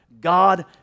God